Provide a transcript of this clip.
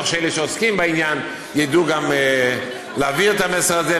שאלה שעוסקים בעניין ידעו להעביר את המסר הזה.